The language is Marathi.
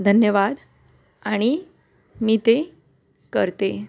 धन्यवाद आणि मी ते करते